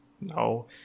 No